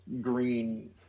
green